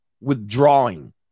withdrawing